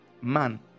man